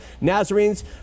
Nazarenes